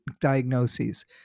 diagnoses